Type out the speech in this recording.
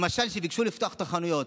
למשל כשביקשו לפתוח את החנויות,